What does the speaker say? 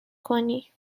کنی